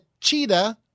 cheetah –